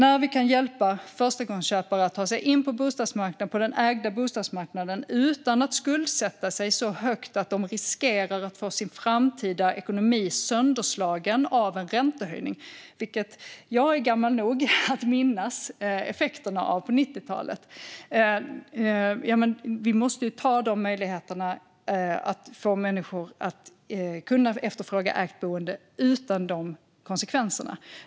Vi ska kunna hjälpa förstagångsköpare att ta sig in på den ägda bostadsmarknaden utan att skuldsätta sig så högt att de riskerar att få sin framtida ekonomi sönderslagen av en räntehöjning, vilket jag är gammal nog att minnas effekterna av på 90-talet. Vi måste ta möjligheterna att få människor att kunna efterfråga ägt boende utan de konsekvenserna.